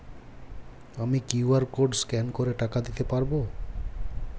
আমি QR code scan করে টাকা দিতে পারবো?